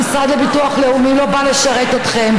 המשרד לביטוח לאומי לא בא לשרת אתכם.